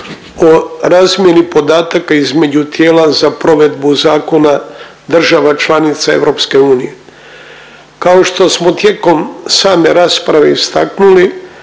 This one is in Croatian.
o razmjeni podataka između tijela za provedbu zakona država članica EU. Kao što smo tijekom same rasprave istaknuli